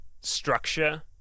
structure